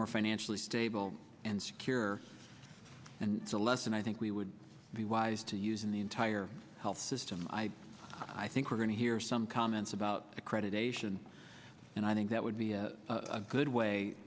more financially stable and secure and celeste and i think we would be wise to use in the entire health system i think we're going to hear some comments about accreditation and i think that would be a good way